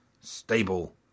stable